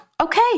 Okay